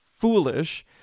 foolish